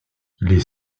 les